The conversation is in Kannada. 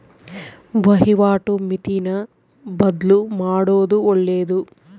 ವಹಿವಾಟು ಮಿತಿನ ಬದ್ಲುಮಾಡೊದು ಒಳ್ಳೆದು